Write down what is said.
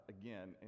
again